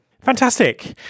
Fantastic